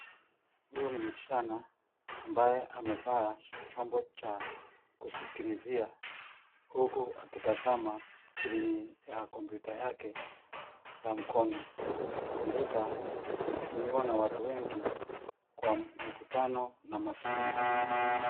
Huyu ni msichana ambaye amevaa chombo cha kusikilizia huku akitazama skrini ya kompyuta yake ya mkono. Kompyuta hutumiwa na watu wengi kwa mikutano na masomo.